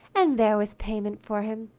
and there was payment for him!